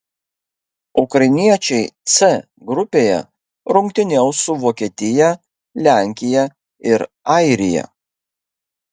ukrainiečiai c grupėje rungtyniaus su vokietija lenkija ir airija